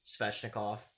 Sveshnikov